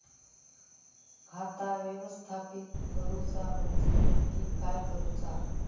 खाता व्यवस्थापित करूचा म्हणजे नक्की काय करूचा?